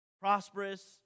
Prosperous